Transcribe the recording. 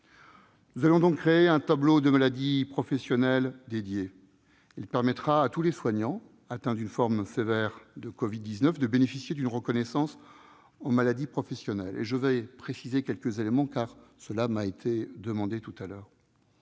Nous allons donc créer un tableau de maladies professionnelles dédié. Il permettra à tous les soignants atteints d'une forme sévère de Covid-19 de bénéficier d'une reconnaissance en maladie professionnelle. Comme cela m'a été demandé, je veux